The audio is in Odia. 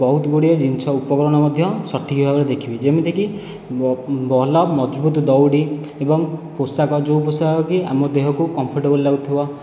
ବହୁତ ଗୁଡ଼ିଏ ଜିନିଷ ଉପକରଣ ମଧ୍ୟ ସଠିକ୍ ଭାବରେ ଦେଖିବି ଯେମିତିକି ଭଲ ମଜବୁତ ଦଉଡ଼ି ଏବଂ ପୋଷାକ ଯେଉଁ ପୋଷାକ କି ଆମ ଦେହକୁ କମ୍ଫଟେବଲ୍ ଲାଗୁଥିବ